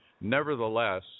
Nevertheless